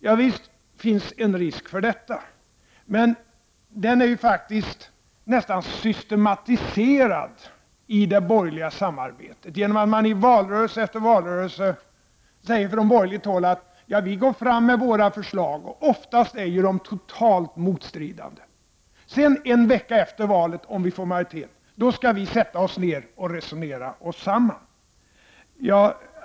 Ja, visst finns det en risk för detta, men den är faktiskt nästan systematiserad i det borgerliga samarbetet. I valrörelse efter valrörelse säger man från borgerligt håll att ”vi går fram med våra förslag” — som oftast är totalt motstridande — ”och en vecka efter valet skall vi om vi får majoritet sätta oss ned och resonera oss samman”.